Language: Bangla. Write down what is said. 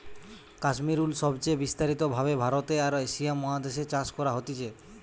কাশ্মীর উল সবচে বিস্তারিত ভাবে ভারতে আর এশিয়া মহাদেশ এ চাষ করা হতিছে